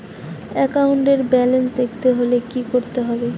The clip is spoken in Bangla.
একাউন্টের ব্যালান্স দেখতে হলে কি করতে হবে?